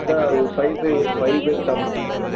sir அது ஒரு five பே ஃபைவ் பேர் சாப்பிட்ற மாதிரிங்க சார்